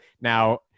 Now